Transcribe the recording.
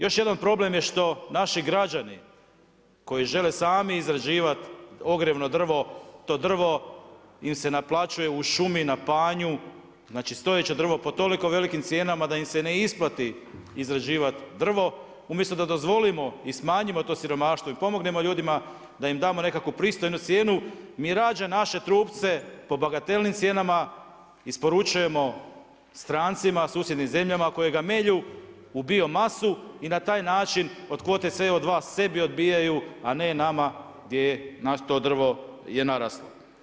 Još jedan problem je što naši građani koji žele sami izrađivati ogrjevno drvo, to drvo im se naplaćuje u šumi na panju, znači stojeće drvo po toliko velikim cijenama da im se ne isplati izrađivati drvo umjesto da dozvolimo i smanjimo to siromaštvo i pomognemo ljudima, da im damo nekakvu pristojnu cijenu, mi radije naše trupce po bagatelnim cijenama isporučujemo strancima, susjednim zemljama koje ga melju u biomasu i na taj način od kvote Co 2 sebi odbijaju a ne nama gdje je kod nas to drvo naraslo.